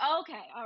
okay